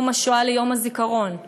יום השואה ויום הזיכרון,